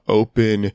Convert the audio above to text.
open